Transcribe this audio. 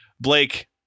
Blake